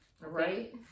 Right